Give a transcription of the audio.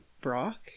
Brock